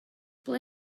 ble